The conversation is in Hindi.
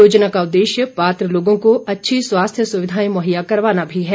योजना का उददेश्य पात्र लोगों को अच्छी स्वास्थ्य सुविधाएं मुहैया करवाना भी है